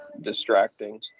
distracting